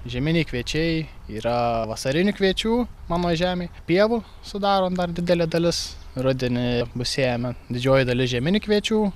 žieminiai kviečiai yra vasarinių kviečių mano žemėj pievų sudaro dar didelė dalis rudenį pasėjome didžioji dalis žieminių kviečių